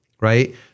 right